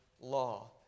law